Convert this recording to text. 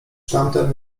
tamten